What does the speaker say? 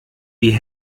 die